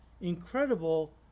incredible